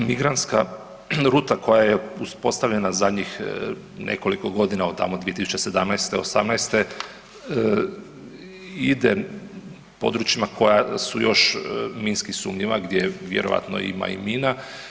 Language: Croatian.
Pa, migrantska ruta koja je uspostavljena zadnjih nekoliko godina od tamo 2017.-te, '18.-te, ide područjima koja su još minski sumnjiva gdje vjerojatno ima i mina.